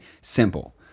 simple